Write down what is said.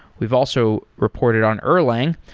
we've also reported on erlang.